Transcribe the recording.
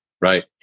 Right